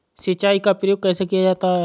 सिंचाई का प्रयोग कैसे किया जाता है?